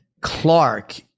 Clark